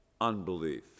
unbelief